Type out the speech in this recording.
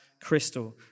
crystal